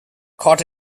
caught